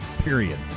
Period